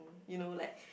you know like